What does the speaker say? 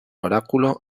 oráculo